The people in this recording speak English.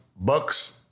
bucks